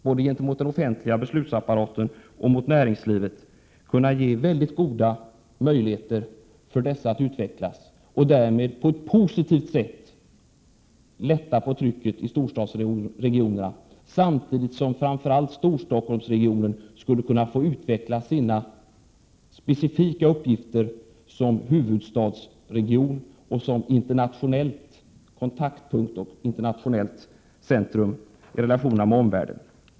Både den offentliga beslutsapparaten och näringslivet skulle kunna ges väldigt goda möjligheter att utvecklas och därmed att på ett positivt sätt lätta på trycket i storstadsregionerna, samtidigt som framför allt Storstockholmsregionen skulle kunna få utveckla sina specifika uppgifter som huvudstadsregion, som internationell kontaktpunkt och som centrum i relationerna med omvärlden.